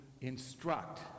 instruct